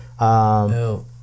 No